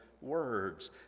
words